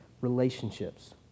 relationships